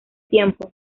tiempo